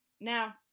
Now